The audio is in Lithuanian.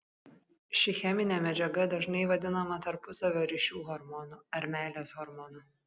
ši cheminė medžiaga dažnai vadinama tarpusavio ryšių hormonu ar meilės hormonu